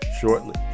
shortly